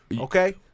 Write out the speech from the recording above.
Okay